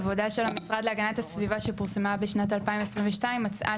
עבודה של המשרד להגנת הסביבה שפורסמה בשנת 2022 מצאה